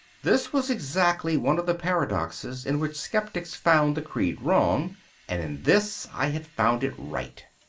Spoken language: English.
this was exactly one of the paradoxes in which sceptics found the creed wrong and in this i had found it right.